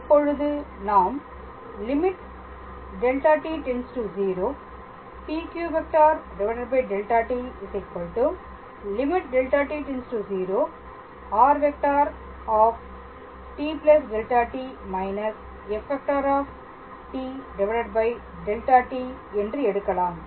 இப்பொழுது நாம் δt→0 lim PQ⃗ δt δt→0 lim f⃗ tδt−f⃗ δt என்று எடுக்கலாம்